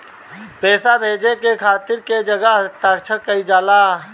पैसा भेजे के खातिर कै जगह हस्ताक्षर कैइल जाला?